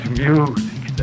music